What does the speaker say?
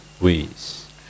ways